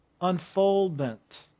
Unfoldment